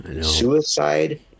suicide